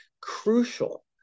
crucial